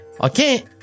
Okay